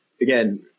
Again